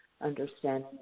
understanding